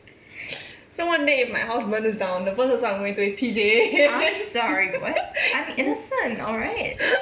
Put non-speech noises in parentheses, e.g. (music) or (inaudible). so one day if my house burns down the first person I'm going to is P_J (laughs)